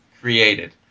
created